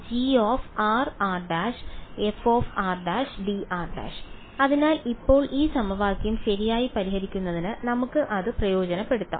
ϕ ∫grr′fr′dr′ അതിനാൽ ഇപ്പോൾ ഈ സമവാക്യം ശരിയായി പരിഹരിക്കുന്നതിന് നമുക്ക് അത് പ്രയോജനപ്പെടുത്താം